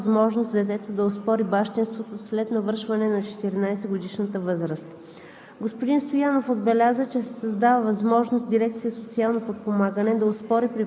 Прецизира се разпоредбата на чл. 62, ал. 4 от Семейния кодекс, като се дава възможност детето да оспори бащинството след навършването на 14-годишна възраст.